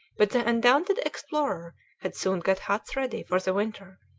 but the undaunted explorer had soon got huts ready for the winter,